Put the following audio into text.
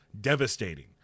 devastating